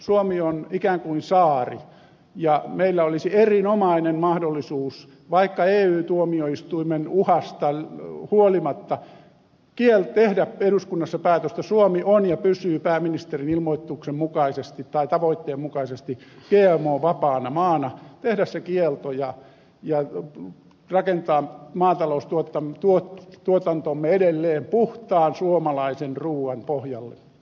suomi on ikään kuin saari ja meillä olisi erinomainen mahdollisuus vaikka ey tuomioistuimen uhasta huolimatta tehdä eduskunnassa päätös että suomi on ja pysyy pääministerin tavoitteen mukaisesti gmo vapaana maana tehdä se kielto ja rakentaa maataloustuotantomme edelleen puhtaan suomalaisen ruuan pohjalle